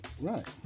Right